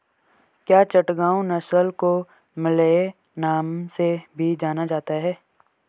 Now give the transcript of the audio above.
क्या चटगांव नस्ल को मलय नाम से भी जाना जाता है?